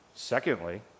Secondly